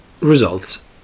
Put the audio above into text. Results